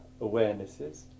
awarenesses